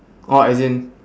oh as in